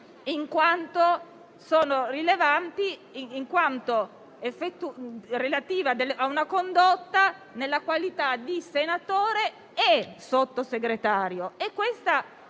in quanto sono rilevanti perché relative a una condotta tenuta in qualità di senatore e Sottosegretario.